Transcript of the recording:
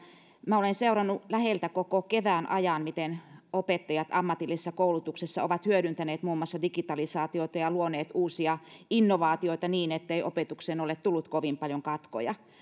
minä olen seurannut läheltä koko kevään ajan miten opettajat ammatillisessa koulutuksessa ovat hyödyntäneet muun muassa digitalisaatiota ja luoneet uusia innovaatioita niin ettei opetukseen ole tullut kovin paljon katkoja